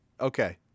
Okay